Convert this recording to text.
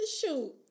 shoot